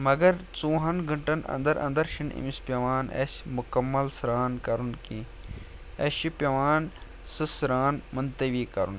مگر ژوٚوُہَن گٲنٛٹن اَنٛدر اَنٛدر چھِنہٕ أمِس پٮ۪وان اَسہِ مُکمل سرٛان کَرُن کیٚنٛہہ اَسہِ چھِ پٮ۪وان سُہ سرٛان مُنتوی کَرُن